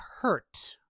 hurt